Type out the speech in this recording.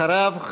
ואחריו,